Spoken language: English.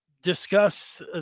Discuss